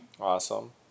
Awesome